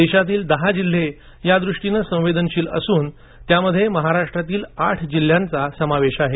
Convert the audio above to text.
देशातील दहा जिल्हे या दृष्टीनं संवेदनशील असून त्यामध्ये महाराष्ट्रातील आठ जिल्ह्यांचा समावेश आहे